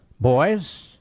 Boys